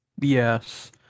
Yes